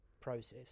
process